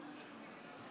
(קוראת בשמות חברי הכנסת)